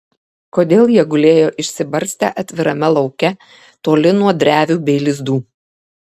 kodėl jie gulėjo išsibarstę atvirame lauke toli nuo drevių bei lizdų